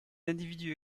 individus